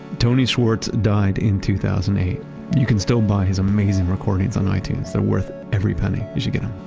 tony schwartz died in two thousand and eight you can still buy his amazing recordings on itunes. they're worth every penny. you should get them.